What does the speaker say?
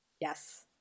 Yes